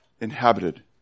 Inhabited